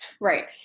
Right